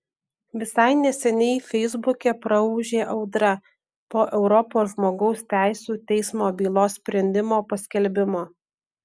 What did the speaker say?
visai neseniai feisbuke praūžė audra po europos žmogaus teisių teismo bylos sprendimo paskelbimo